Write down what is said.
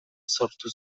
sortu